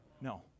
No